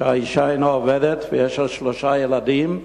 כאשר האשה אינה עובדת ויש לה שלושה ילדים,